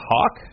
Hawk